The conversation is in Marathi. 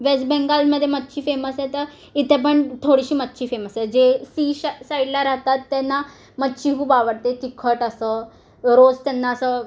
वेस्ट बेंगालमध्ये मच्छी फेमस आहे तर इथे पण थोडीशी मच्छी फेमस आहे जे सी श साईडला राहतात त्यांना मच्छी खूप आवडते तिखट असं रोज त्यांना असं